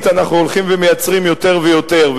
אנחנו הולכים ומייצרים יותר ויותר,